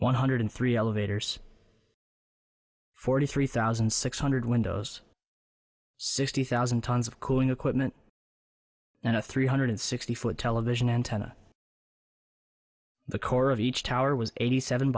one hundred three elevators forty three thousand six hundred windows sixty thousand tons of cooling equipment and a three hundred sixty foot television antenna the core of each tower was eighty seven